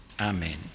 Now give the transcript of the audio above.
Amen